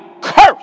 curse